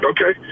Okay